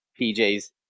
PJ's